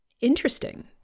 interesting